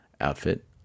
outfit